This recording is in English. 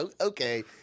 Okay